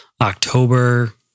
October